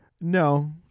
No